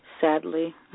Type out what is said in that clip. Sadly